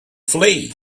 flee